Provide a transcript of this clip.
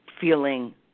feeling